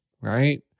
Right